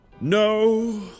No